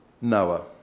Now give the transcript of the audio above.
Noah